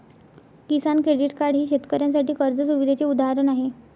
किसान credit card हे शेतकऱ्यांसाठी कर्ज सुविधेचे उदाहरण आहे